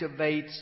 activates